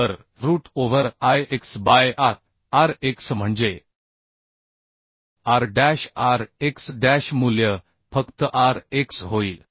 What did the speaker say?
तर root over I x by a R x म्हणजे R dash R x dash मूल्य फक्त R x होईल